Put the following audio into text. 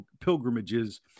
pilgrimages